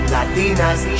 Latinas